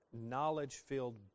knowledge-filled